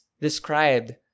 described